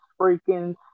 freaking